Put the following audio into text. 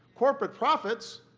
corporate profits